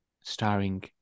starring